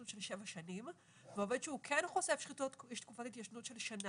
היא שבע שנים ועובד שהוא כן חושף שחיתויות יש תקופת התיישנות של שנה.